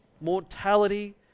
Mortality